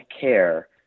care